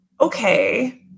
Okay